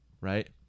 right